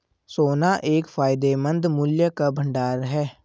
सोना एक फायदेमंद मूल्य का भंडार है